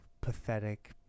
pathetic